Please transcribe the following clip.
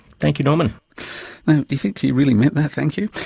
thank you norman. do you think he really meant that thank you?